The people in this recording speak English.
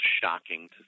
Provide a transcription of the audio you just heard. shocking